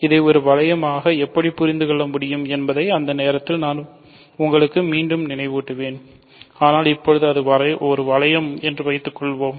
இதை ஒரு வளையமாக எப்படி புரிந்து கொள்ள முடியும் என்பதை அந்த நேரத்தில் நான் உங்களுக்கு மீண்டும் நினைவூட்டுவேன் ஆனால் இப்போது அது ஒரு வளையம் என்று வைத்துக்கொள்வோம்